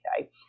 okay